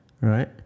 Right